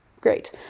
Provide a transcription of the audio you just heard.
great